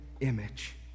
image